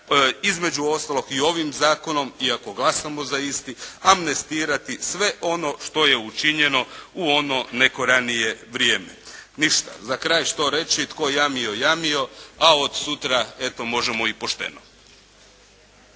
između ostalog i ovim zakonom i ako glasamo za isti amnestirati sve ono što je učinjeno u ono neko ranije vrijeme. Ništa, za kraj što reći? Tko je jamio jamio, a od sutra eto možemo i pošteno.